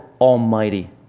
almighty